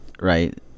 right